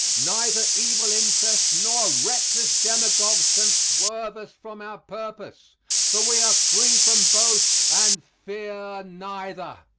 neither evil interests nor reckless demagogues can swerve us from our purpose for we are free from both and fear neither.